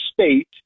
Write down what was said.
state